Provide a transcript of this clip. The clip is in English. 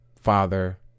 father